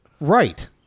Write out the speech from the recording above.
Right